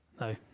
No